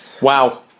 Wow